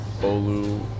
Olu